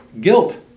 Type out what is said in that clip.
guilt